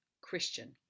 Christian